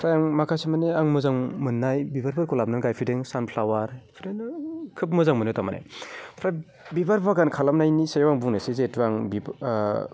ओमफ्राय आं माखासेमानि आं मोजां मोननाय बिबारफोरखौ लाबोना गायफैदों सानफ्लावार बेफोरनो खोब मोजां मोनो तारमाने ओमफ्राय बिबार बागान खालामनायनि सायाव आं बुंनोसै जिहेतु आं